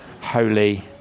holy